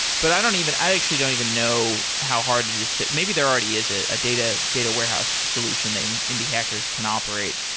but i don't even i actually don't even know how hard it is to maybe there already is ah a data warehouse solution that and indie hackers can operate.